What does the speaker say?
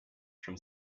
from